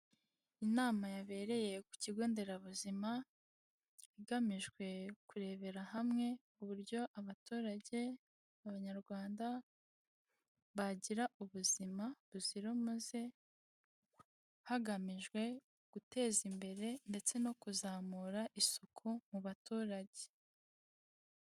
Inama yabereye ku kigo nderabuzima igamijwe kurebera hamwe uburyo abaturage b'abanyarwanda bagira ubuzima buzira umuze hagamijwe guteza imbere ndetse no kuzamura isuku mu baturage.